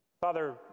father